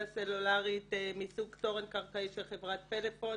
סלולרית מסוג תורן קרקעי של חברת פלאפון,